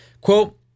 Quote